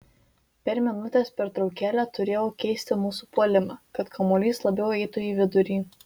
per minutės pertraukėlę turėjau keisti mūsų puolimą kad kamuolys labiau eitų į vidurį